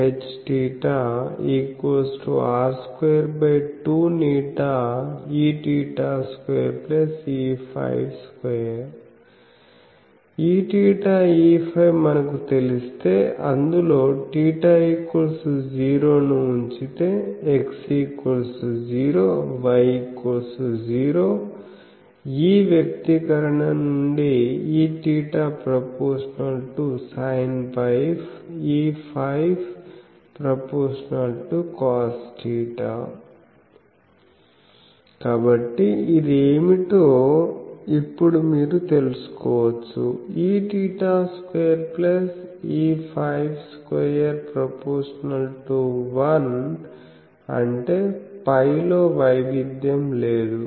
EθEφ మనకు తెలిస్తే అందులో θ0 ని ఉంచితే X0Y0E వ్యక్తీకరణ నుండి Eθ∝sinφEφ∝cosθ కాబట్టి ఇది ఏమిటో ఇప్పుడు మీరు తెలుసుకోవచ్చు Eθ2Eφ2∝1 అంటే φ లో వైవిధ్యం లేదు